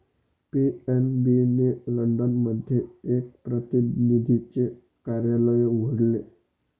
PNB ने London मध्ये एक प्रतिनिधीचे कार्यालय उघडले